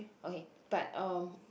okay but um